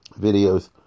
Videos